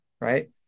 Right